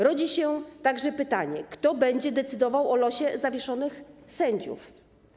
Rodzi się także pytanie, kto będzie decydował o losie zawieszonych sędziów.